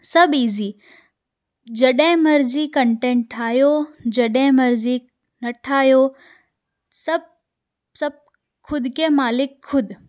सभु इज़ी जॾहिं मर्ज़ी कंटेंट ठाहियो जॾहिं मर्ज़ी न ठाहियो सभु सभु खुदि के मालिकु खुदि